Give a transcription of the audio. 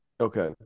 Okay